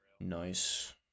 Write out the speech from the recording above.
nice